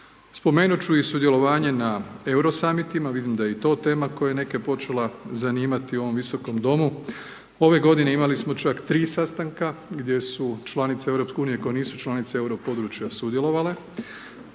Spomenuti ću i sudjelovanju na Euro samitima, vidim da je i to tema, koja je neke počela zanimati u ovom Visokom domu, ove godine, imali smo čak 3 sastanka, gdje su članice EU, koje nisu članice euro područja sudjelovale.